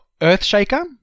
Earthshaker